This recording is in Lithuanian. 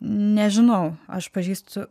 nežinau aš pažįstu